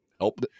help